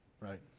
Right